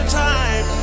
time